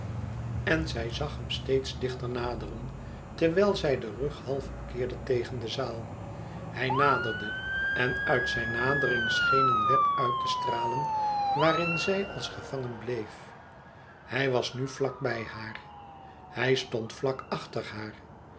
en zij zag hem steeds dichter naderen terwijl zij den rug half keerde tegen de zaal hij naderde en uit zijne nadering scheen een web uit te stralen waarin zij als gevangen bleef hij was nu vlak bij haar hij stond vlak achter haar